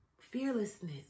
fearlessness